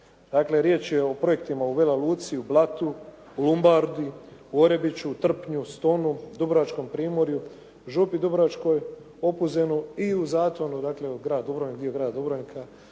Dakle, riječ je o projektima u Vela Luci, u Blatu, u Lumbardi, u Orebiću, Trpnju, Stonu, dubrovačkom primorju, Župi dubrovačkoj, Opuzenu i u Zatonu, dakle Grad Dubrovnik,